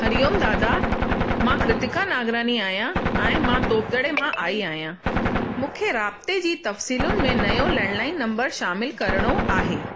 हरि ओम दादा मां कृतिका नागरानी आहियां ऐं मां तोबदड़े मां आयी आहियां मूंखे राबिते जी तफ़सीलुनि में नयों लैंडलाइन नम्बर शामिलु करिणो आहे